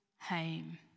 home